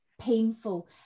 painful